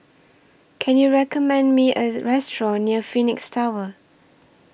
Can YOU recommend Me A Restaurant near Phoenix Tower